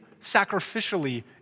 sacrificially